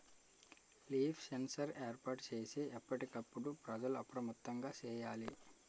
leaf sensor ఏర్పాటు చేసి ఎప్పటికప్పుడు ప్రజలు అప్రమత్తంగా సేయాలి